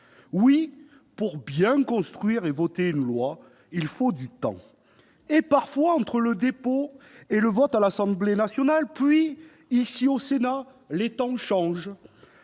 Oui, pour bien construire et voter une loi, il faut du temps. Et parfois, entre le dépôt et le vote à l'Assemblée nationale, puis ici au Sénat, les temps changent.